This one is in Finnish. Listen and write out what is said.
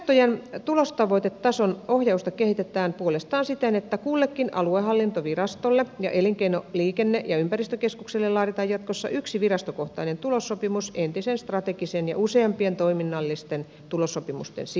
virastojen tulostavoitetason ohjausta kehitetään puolestaan siten että kullekin aluehallintovirastolle ja elinkeino liikenne ja ympäristökeskukselle laaditaan jatkossa yksi virastokohtainen tulossopimus entisen strategisen ja useampien toiminnallisten tulossopimusten sijasta